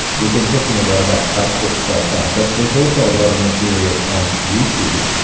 we've been talking a lot about facebook so far, but there's also a lot of material on youtube.